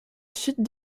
suite